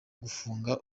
gufunga